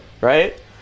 right